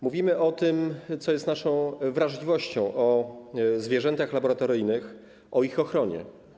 Mówimy o tym, co jest naszą wrażliwością, o zwierzętach laboratoryjnych, o ich ochronie.